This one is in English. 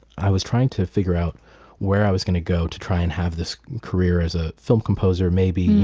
i was trying to figure out where i was going to go to try and have this career as a film composer, maybe,